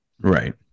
right